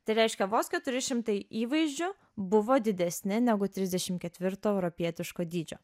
tai reiškia vos keturi šimtai įvaizdžių buvo didesni negu trisdešim ketvirto europietiško dydžio